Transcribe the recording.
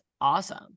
awesome